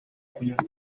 kunywa